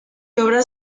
obras